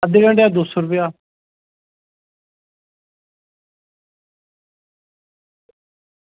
अद्धे घैंटे दा दो सौ रपेआ